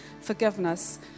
forgiveness